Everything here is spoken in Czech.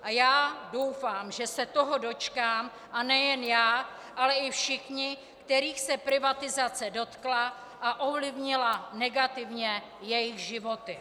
A já doufám, že se toho dočkám, a nejen já, ale i všichni, kterých se privatizace dotkla a ovlivnila negativně jejich životy.